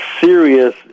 serious